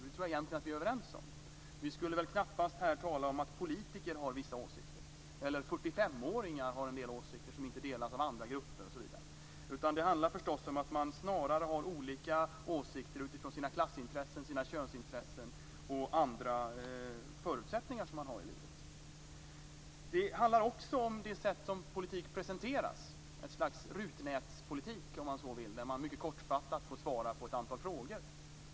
Det tror jag egentligen att vi är överens om. Här skulle vi väl knappast tala om att politiker har vissa åsikter eller att 45-åringar har en del åsikter som inte delas av andra grupper osv. Det handlar förstås om att man snarare har olika åsikter utifrån sina klassintressen, sina könsintressen och andra förutsättningar som man har i livet. Det handlar också om det sätt som politik presenteras på. Det är ett slags rutnätspolitik, om man så vill, där man mycket kortfattat får svara på ett antal frågor.